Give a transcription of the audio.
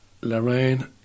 Lorraine